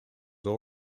all